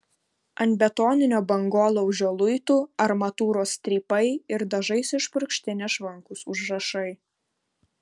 ant betoninio bangolaužio luitų armatūros strypai ir dažais išpurkšti nešvankūs užrašai